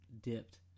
dipped